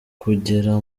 kugera